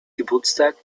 geburtstag